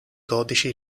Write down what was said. codici